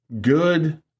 good